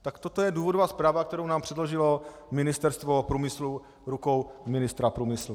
Tak toto je důvodová zpráva, kterou nám předložilo Ministerstvo průmyslu rukou ministra průmyslu.